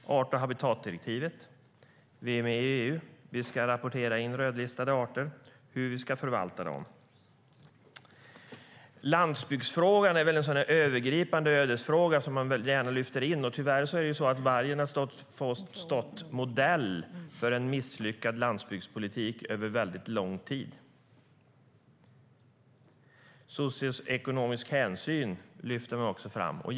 Vi har art och habitatdirektivet, och vi är med i EU och ska rapportera in rödlistade arter och tala om hur vi ska förvalta dem. Landsbygdsfrågan är en övergripande ödesfråga som man gärna lyfter fram. Tyvärr har vargen fått stå modell för en misslyckad landsbygdspolitik under mycket lång tid. Man lyfter även fram socioekonomisk hänsyn.